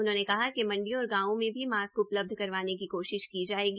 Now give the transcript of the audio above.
उन्होंने कहा कि मंडियों और गांवों में भी मास्क उपलब्ध करवाने की कोशिश की जायेगी